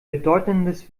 bedeutendes